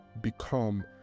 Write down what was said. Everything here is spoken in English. become